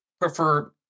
prefer